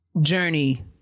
journey